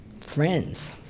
friends